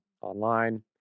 online